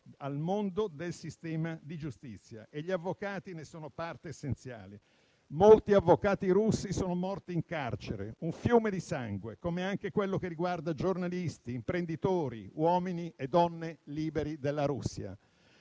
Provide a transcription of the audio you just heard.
al mondo del sistema di giustizia, e gli avvocati ne sono parte essenziale. Molti avvocati russi sono morti in carcere; un fiume di sangue, come anche quello che riguarda giornalisti, imprenditori, uomini e donne liberi della Russia.